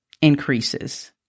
increases